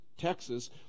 Texas